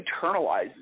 internalizes